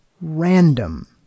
random